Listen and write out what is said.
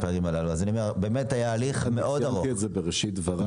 זאת בראשית דבריי.